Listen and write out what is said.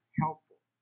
helpful